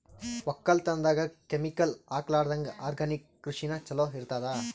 ಒಕ್ಕಲತನದಾಗ ಕೆಮಿಕಲ್ ಹಾಕಲಾರದಂಗ ಆರ್ಗ್ಯಾನಿಕ್ ಕೃಷಿನ ಚಲೋ ಇರತದ